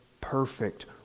perfect